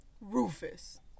rufus